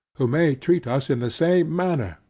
who may treat us in the same manner,